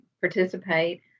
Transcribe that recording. participate